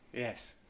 Yes